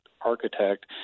architect